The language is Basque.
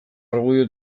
argudio